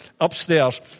upstairs